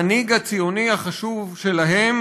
המנהיג הציוני החשוב שלהם,